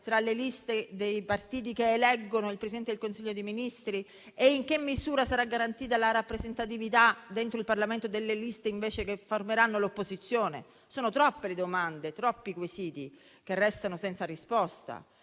tra le liste dei partiti che eleggono il Presidente del Consiglio dei ministri e in che misura sarà garantita la rappresentatività dentro il Parlamento delle liste che formeranno l'opposizione? Sono troppe le domande e i quesiti che restano senza risposta